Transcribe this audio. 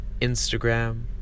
instagram